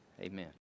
Amen